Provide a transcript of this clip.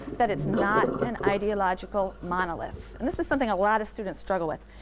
that it's not an ideological monolith. and this is something a lot of students struggle with.